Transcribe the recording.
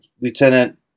lieutenant